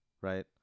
right